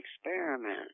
experiment